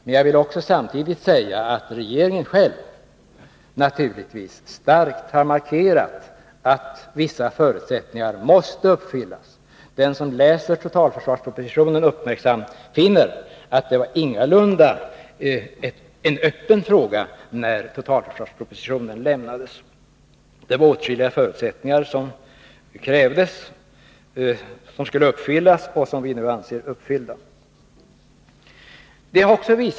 Men jag vill samtidigt säga att regeringen själv naturligtvis starkt har markerat att vissa förutsättningar måste uppfyllas. Den som läser totalförsvarspropositionen uppmärksamt finner att det ingalunda rörde sig om en öppen fråga när totalförsvarspropositionen lämnades, utan åtskilliga förutsättningar skulle uppfyllas som vi nu anser är uppfyllda.